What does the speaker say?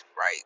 right